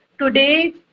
today